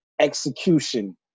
execution